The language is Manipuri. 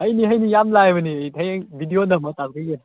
ꯍꯩꯅꯤ ꯍꯩꯅꯤ ꯌꯥꯝ ꯂꯥꯏꯕꯅꯦꯃꯤ ꯍꯌꯦꯡ ꯚꯤꯗꯤꯑꯣ ꯅꯝꯃ ꯇꯥꯛꯄꯤꯒꯦ